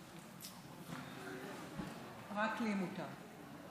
רק לי מותר.